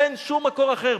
אין שום מקור אחר.